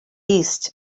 east